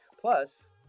Plus